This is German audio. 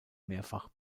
mehrfach